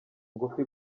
ngufi